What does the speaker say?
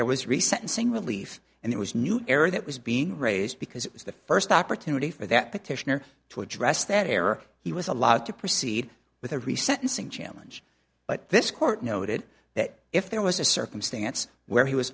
there was recent sing relief and there was new air that was being raised because it was the first opportunity for that petitioner to address that error he was allowed to proceed with a reset using challenge but this court noted that if there was a circumstance where he was